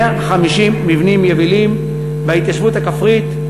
150 מבנים יבילים בהתיישבות הכפרית,